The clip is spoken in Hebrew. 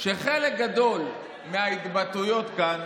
אין לי ספק שחלק גדול מאלה שאמרו את ההתבטאויות כאן